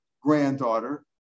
granddaughter